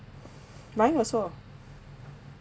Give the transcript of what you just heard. mine also